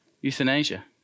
Euthanasia